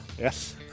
Yes